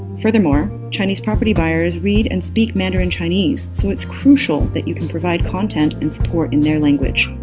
furthermore, chinese property buyers read and speak mandarin chinese so it's crucial that you can provide content and support in their language.